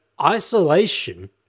isolation